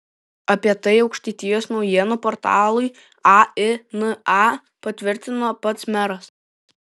apie tai aukštaitijos naujienų portalui aina patvirtino pats meras